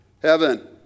heaven